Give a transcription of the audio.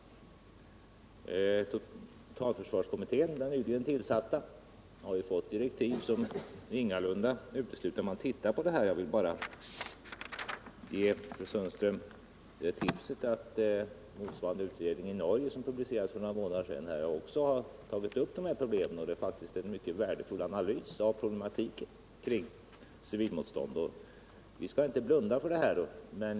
Den nyligen tillsatta totalförsvarskommittén har fått direktiv som ingalunda utesluter att man tittar på det här. Jag vill bara ge fru Sundström tipset att motsvarande utredning i Norge, som publicerade resultatet av sitt arbete för några månader sedan, också har tagit upp dessa problem. Den har gjort en mycket värdefull analys av problematiken kring civilmotstånd.